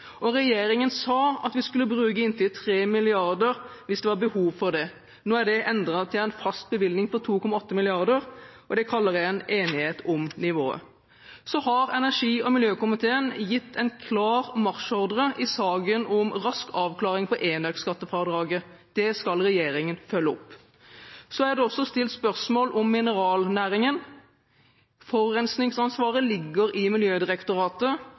gjennomgang. Regjeringen sa at vi skulle bruke inntil 3 mrd. kr hvis det var behov for det. Nå er det endret til en fast bevilgning på 2,8 mrd. kr, og det kaller jeg en enighet om nivået. Energi- og miljøkomiteen har gitt en klar marsjordre i saken om rask avklaring på enøk-skattefradraget. Det skal regjeringen følge opp. Så er det også stilt spørsmål om mineralnæringen. Forurensningsansvaret ligger i Miljødirektoratet,